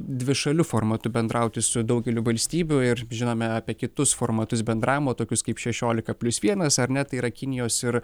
dvišaliu formatu bendrauti su daugeliu valstybių ir žinome apie kitus formatus bendravimo tokius kaip šešiolika plius vienas ar ne tai yra kinijos ir